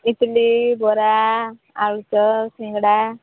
ଇଟିଲି ବରା ଆଳୁଚପ୍ ସିଙ୍ଗଡ଼ା